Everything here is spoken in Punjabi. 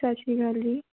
ਸਤਿ ਸ਼੍ਰੀ ਅਕਾਲ ਜੀ